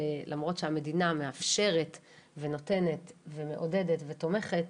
למרות שהמדינה מאפשרת ונותנת ומעודדת ותומכת,